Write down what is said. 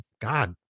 god